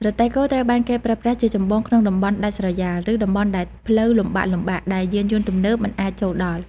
រទេះគោត្រូវបានគេប្រើប្រាស់ជាចម្បងក្នុងតំបន់ដាច់ស្រយាល ឬតំបន់ដែលផ្លូវលំបាកៗ ដែលយានយន្តទំនើបមិនអាចចូលដល់។